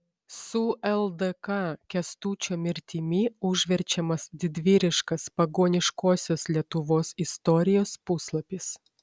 su ldk kęstučio mirtimi užverčiamas didvyriškas pagoniškosios lietuvos istorijos puslapis